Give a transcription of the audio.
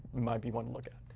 might be one to look at.